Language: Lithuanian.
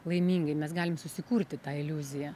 laimingai mes galim susikurti tą iliuziją